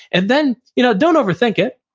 and then you know don't overthink it,